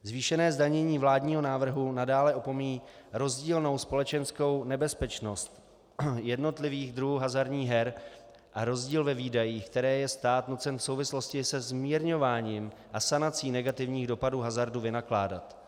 Zvýšené zdanění vládního návrhu nadále opomíjí rozdílnou společenskou nebezpečnost jednotlivých druhů hazardních her a rozdíl ve výdajích, který je stát nucen v souvislosti se zmírňováním a sanací negativních dopadů hazardu vynakládat.